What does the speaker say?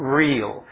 real